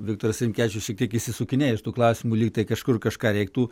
viktoras rinkevičius šiek tiek išsisukinėja iš tų klausimų lyg tai kažkur kažką reiktų